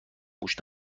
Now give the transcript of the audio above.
گوش